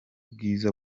bwiza